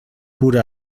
pur